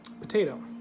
Potato